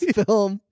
film